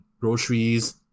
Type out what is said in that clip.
groceries